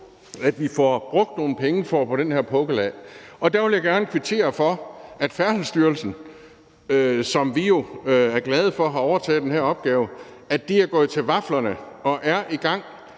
at vi får brugt nogle penge til at få afviklet den her pukkel. Der vil jeg gerne kvittere for, at Færdselsstyrelsen, som vi jo er glade for har overtaget den her opgave, er gået til vaflerne og er i gang